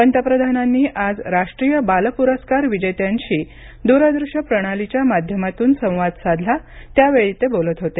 पंतप्रधानांनी आज राष्ट्रीय बाल पुरस्कार विजेत्यांशी दूर दृष्य प्रणालीच्या माध्यमातून संवाद साधला त्यावेळी ते बोलत होते